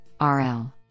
RL